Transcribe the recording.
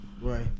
Right